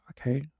okay